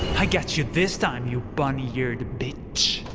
i got you this time you bunny eared bitch!